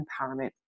empowerment